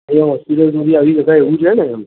અહીંયા હોસ્પિટલ સુધી આવી શકાય એવું છે ને